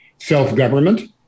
self-government